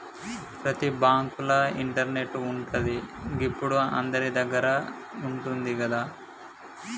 ప్రతి బాంకుల ఇంటర్నెటు ఉంటది, గిప్పుడు అందరిదగ్గర ఉంటంది గదా